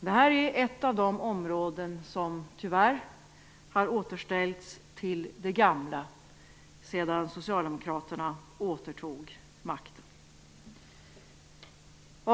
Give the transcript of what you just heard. Det här är ett av de områden som tyvärr har återställts till det gamla sedan Socialdemokraterna återtog makten.